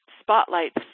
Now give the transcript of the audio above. spotlights